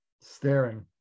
staring